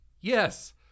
Yes